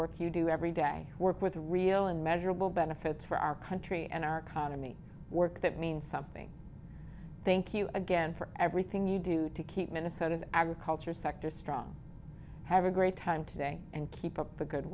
work you do every day work with real and measurable benefits for our country and our economy work that means something thank you again for everything you do to keep minnesota's agriculture sector strong have a great time today and keep up the good